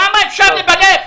כמה אפשר לבלף?